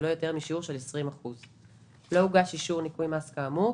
ולא יותר משיעור של 20%. לא הוגש אישור ניכוי מס כאמור,